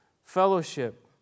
fellowship